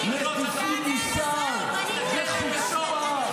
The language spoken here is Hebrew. מטיפים מוסר בחוצפה,